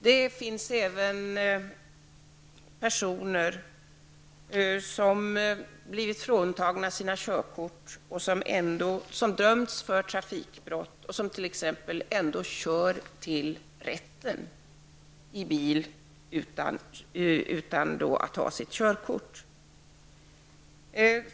Det förekommer t.o.m. att personer som dömts för trafikbrott och blivit fråntagna sina körkort ändå kör till rätten i bil.